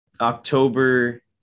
October